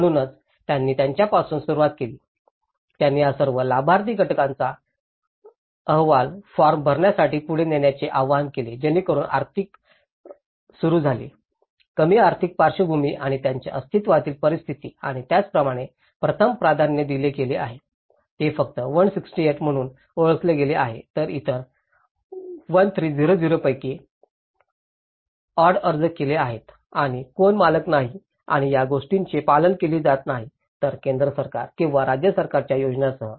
म्हणूनच त्यांनी त्यांच्यापासून सुरुवात केली त्यांनी या सर्व लाभार्थी गटांना आवाहन फॉर्म भरण्यासाठी पुढे येण्याचे आवाहन केले जेणेकरुन आर्थिक सुरू झाले कमी आर्थिक पार्श्वभूमी आणि त्यांच्या अस्तित्वातील परिस्थिती आणि त्याप्रमाणेच प्रथम प्राधान्य दिले गेले आहे आणि ते फक्त 168 म्हणून ओळखले गेले आहे तर इतर 1300 पैकी ऑड अर्ज केले आहेत आणि कोण मालक नाही आणि या गोष्टींचे पालन केले जात नाही या केंद्र सरकार किंवा राज्य सरकारच्या योजनांसह